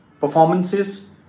performances